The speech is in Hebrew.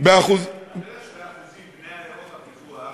שבאחוזים בני עיירות הפיתוח,